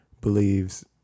believes